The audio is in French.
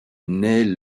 naît